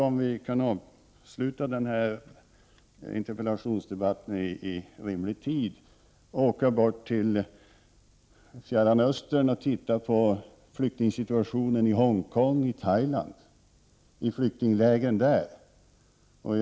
Om vi kan avsluta denna interpellationsdebatt i rimlig tid, skall jag åka till Fjärran Östern och se på flyktingsituationen i flyktinglägren i Hongkong och i Thailand.